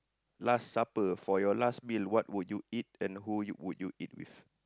last supper for your last meal what would you eat and who you would you eat with